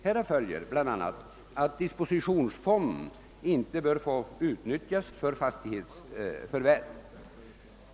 Härav följer bl.a. att dispositionsfonden inte bör få utnyttjas för fastighetsförvärv.